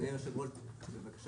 אדוני היושב ראש, אני מבקש